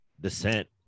descent